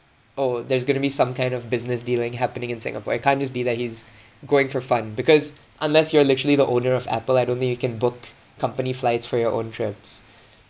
oh there's going to be some kind of business dealing happening in singapore it can't just be that he's going for fun because unless you are literally the owner of Apple I don't think you can book company flights for your own trips